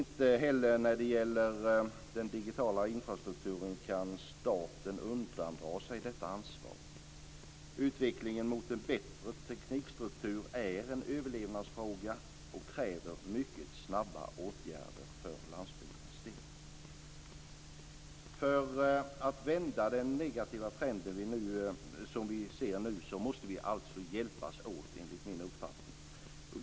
Inte heller när det gäller den digitala infrastrukturen kan staten undandra sig detta ansvar. Utvecklingen mot en bättre teknikstruktur är en överlevnadsfråga och kräver mycket snabba åtgärder för landsbygdens del. För att vända den negativa trend vi nu ser måste vi hjälpas åt, enligt min uppfattning.